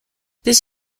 this